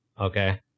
Okay